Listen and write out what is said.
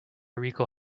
rican